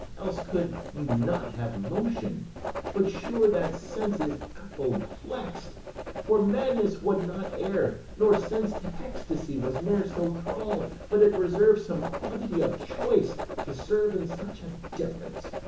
else could you not have motion but sure that sense is apoplex'd for madness would not err nor sense to ecstacy was ne'er so thrall'd but it reserv'd some quantity of choice to serve in such a difference.